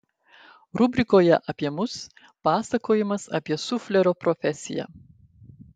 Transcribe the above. rubrikoje apie mus pasakojimas apie suflerio profesiją